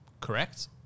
Correct